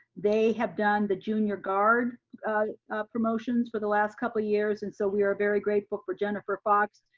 they have done the junior guard promotions for the last couple years. and so we are very grateful for jennifer fox,